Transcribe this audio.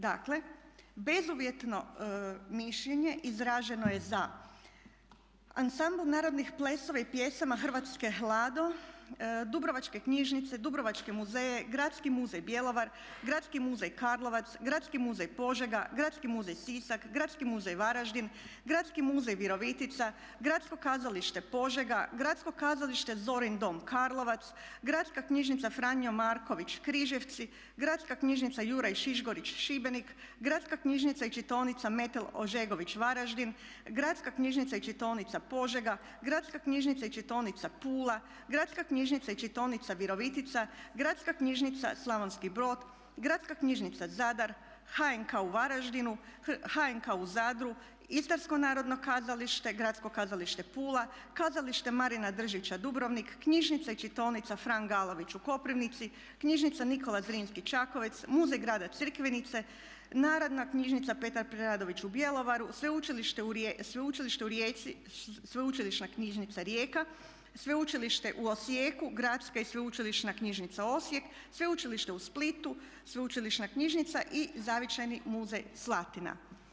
Dakle bezuvjetno mišljenje izraženo je za Ansambl narodnih plesova i pjesama Hrvatske Lado, dubrovačke knjižnice, dubrovačke muzeje, Gradski muzej Bjelovar, Gradski muzej Karlovac, Gradski muzej Požega, Gradski muzej Sisak, Gradski muzej Varaždin, Gradski muzej Virovitica, Gradsko kazalište Požega, Gradsko kazalište Zorin Dom Karlovac, Gradska knjižnica Franjo Marković Križevci, Gradska knjižnica Juraj Šišgorić Šibenik, Gradska knjižnica i čitaonica Metel Ožegović Varaždin, Gradska knjižnica i čitaonica Požega, Gradska knjižnica i čitaonica Pula, Gradska knjižnica i čitaonica Virovitica, Gradska knjižnica Slavonski Brod, Gradska knjižnica Zadar, HNK u Varaždinu, HNK u Zadru, Istarsko narodno kazalište, Gradsko kazalište Pula, Kazalište Marina Držića Dubrovnik, Knjižnica i čitaonica Fran Galović u Koprivnici, Knjižnica Nikola Zrinski Čakovec, Muzej Grada Crikvenice, Narodna knjižnica Petar Preradović u Bjelovaru, Sveučilište u Rijeci, Sveučilišna knjižnica Rijeka, Sveučilište u Osijeku, Gradska i sveučilišna knjižnica Osijek, Sveučilište u Splitu, Sveučilišna knjižnica i zavičajni muzej Slatina.